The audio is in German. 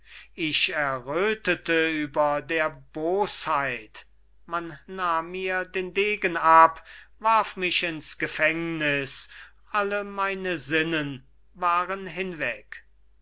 ich erröthete über der bosheit man nahm mir den degen ab warf mich ins gefängniß alle meine sinnen waren hinweg